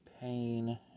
pain